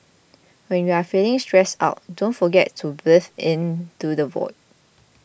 when you are feeling stressed out don't forget to breathe into the void